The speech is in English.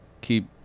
keep